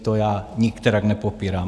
To já nikterak nepopírám.